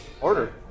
order